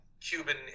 cuban